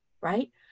right